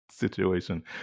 situation